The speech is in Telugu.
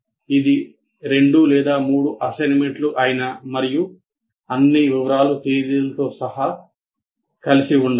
ఇది 2 లేదా 3 అసైన్మెంట్లు అయినా మరియు అన్ని వివరాలు తేదీలతో సహా కలిసి ఉండాలి